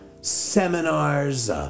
seminars